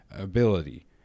ability